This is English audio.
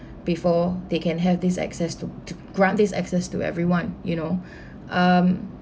before they can have this access to to grant this access to everyone you know um